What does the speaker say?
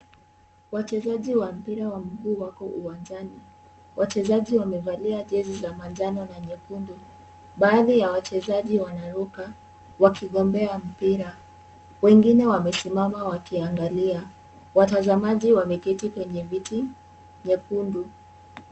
Wachezaji wa mpira wa mguu wako uwanjani. Wachezaji wamevalia jezi za manjano na nyekundu. Baadhi ya wachezaji wanaruka wakigombea mpira, wengine wamesimama wakiangalia. Watazamaji wameketi kwenye viti nyekundu.